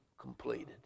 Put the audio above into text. completed